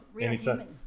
anytime